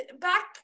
back